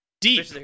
deep